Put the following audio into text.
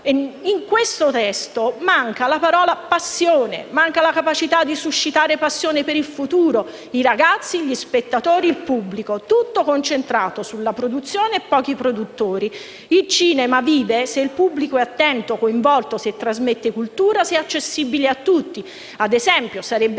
di legge manca la parola “passione”, manca la capacità di suscitare passione per il futuro, nei ragazzi, negli spettatori e nel pubblico: tutto è concentrato sulla produzione e su pochi produttori. Il cinema vive se il pubblico è attento, coinvolto, se trasmette cultura, se è accessibile a tutti. Ad esempio, sarebbe